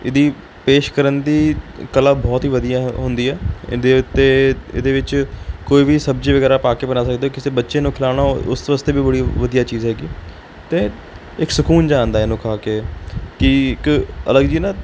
ਇਹਦੀ ਪੇਸ਼ ਕਰਨ ਦੀ ਕਲਾ ਬਹੁਤ ਹੀ ਵਧੀਆ ਹੈ ਹੁੰਦੀ ਹੈ ਇਹਦੇ ਉੱਤੇ ਇਹਦੇ ਵਿੱਚ ਕੋਈ ਵੀ ਸਬਜ਼ੀ ਵਗੈਰਾ ਪਾ ਕੇ ਬਣਾ ਸਕਦੇ ਹੋ ਕਿਸੇ ਬੱਚੇ ਨੂੰ ਖਿਲਾਉਣਾ ਹੋ ਉਸ ਵਾਸਤੇ ਵੀ ਬੜੀ ਵਧੀਆ ਚੀਜ਼ ਹੈਗੀ ਅਤੇ ਇੱਕ ਸਕੂਨ ਜਿਹਾ ਆਉਂਦਾ ਇਹਨੂੰ ਖਾ ਕੇ ਕਿ ਇਕ ਅਲੱਗ ਜਿਹੀ ਨਾ